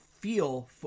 Feel